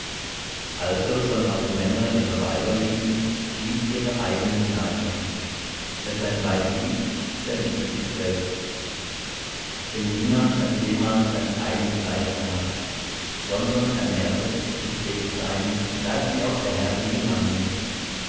also sollen auch die männer ihre weiber lieben wie ihre eigenen leiber wer sein weib liebt der liebt sich selbst denn niemand hat jemals sein eigen fleisch gehaßt sondern er nährt es und pflegt sein gleichwie auch der herr die gemeinde